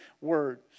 word